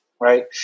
right